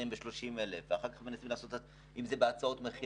000 ואחר כך מנסים לעשות את זה אם בהצעות מחיר,